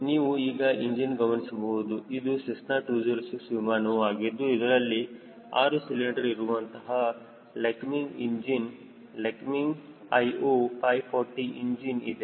ನೀವು ಈಗ ಇಂಜಿನ್ ಗಮನಿಸಬಹುದು ಇದು ಸೆಸ್ನಾ 206 ವಿಮಾನವು ಆಗಿದ್ದು ಇದರಲ್ಲಿ 6 ಸಿಲಿಂಡರ್ ಇರುವಂತಹ Lycoming engine Lycoming IO 540 engine ಇದೆ